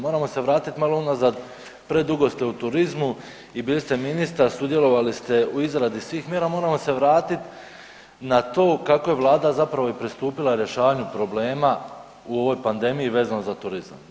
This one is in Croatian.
Moramo se vratiti malo unazad, predugo ste u turizmu i bili ste ministar, sudjelovali ste u izradi svih mjera, moramo se vratiti na to kako je Vlada zapravo i pristupila rješavanju problema u ovoj pandemiji vezano za turizam.